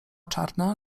czarna